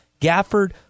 Gafford